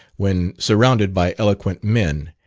when surrounded by eloquent men,